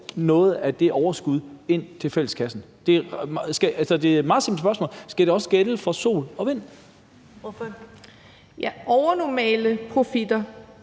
noget af det overskud til fælleskassen? Det er et meget simpelt spørgsmål: Skal det også gælde for sol- og vindenergi? Kl.